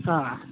ಹಾಂ